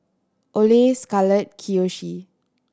Ole Scarlett Kiyoshi